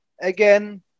again